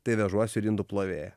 tai vežuos ir indų plovėją